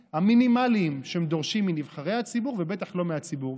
המינימליים שהם דורשים מנבחרי הציבור ובטח לא מהציבור.